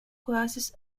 classes